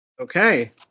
Okay